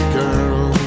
girl